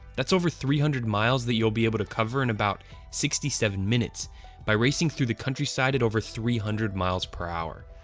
that's over three hundred miles that you'll be able to cover in about sixty seven minutes by racing through the countryside at over three hundred miles per hour.